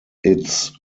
its